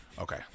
Okay